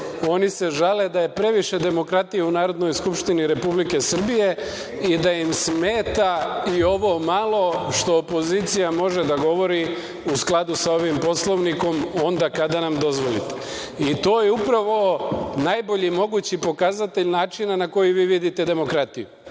oni se žale da je previše demokratije u Narodnoj skupštini Republike Srbije i da im smeta i ovo malo što opozicija može da govori u skladu sa ovim Poslovnikom onda kada nam dozvolite. To je upravo najbolji mogući pokazatelj načina koji vi vidite demokratiju. Maločas,